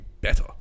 better